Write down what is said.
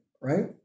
right